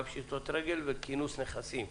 על פשיטות רגל וכינוס נכסים.